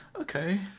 Okay